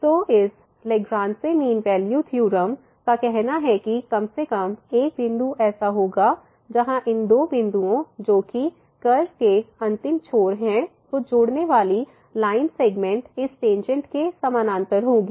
तो इस Lagrange mean value theorem का कहना है कि कम से कम एक बिंदु ऐसा होगा जहां इन दो बिंदुओं जोकि कर्व के अंतिम छोर हैं को जोड़ने वाली लाइन सेगमेंट इस टेंजेंट के समानांतर होगी